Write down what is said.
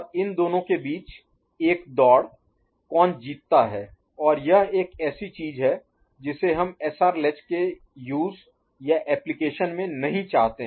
और इन दोनों के बीच एक दौड़ कौन जीतता है और यह एक ऐसी चीज है जिसे हम एसआर लैच के यूज़ Use उपयोग या एप्लीकेशन में नहीं चाहते हैं